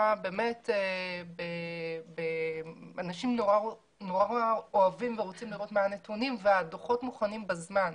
נמצא אנשים אוהבים ורוצים לראות מה הנתונים והדוחות מוכנים בזמן.